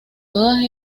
todas